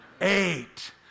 Eight